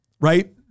right